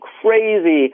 crazy